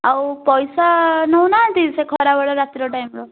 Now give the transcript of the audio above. ଆଉ ପଇସା ନେଉନାହାନ୍ତି ସେ ଖରାବେଳ ଆଉ ରାତିର ଟାଇମ୍ର